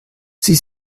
sie